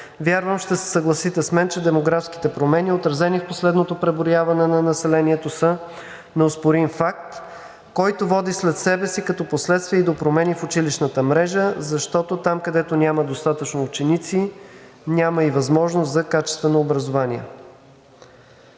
Вярвам, ще се съгласите с мен, че демографските промени, отразени в последното преброяване на населението, са неоспорим факт, който води след себе си като последствие и до промени в училищната мрежа, защото там, където няма достатъчно ученици, няма и възможност за качествено образование.